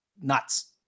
nuts